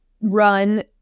run